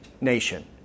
nation